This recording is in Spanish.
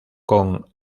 con